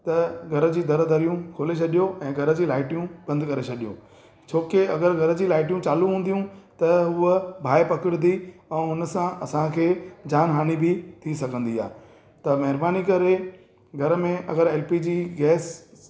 त घर जी दर दरियूं खोले छॾियो ऐं घर जी लाइटियूं बंदि करे छॾियो छोकी अगरि घर जी लाइटियूं चालू हूंदियूं त उहा बाहि पकिड़ींदी ऐं हुन सां असांखे जाम हानी बि थी सघंदी आहे त महिरबानी करे घर में अगरि पी जी गैस